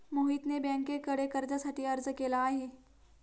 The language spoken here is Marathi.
मोहितने बँकेकडे कर्जासाठी अर्ज केला आहे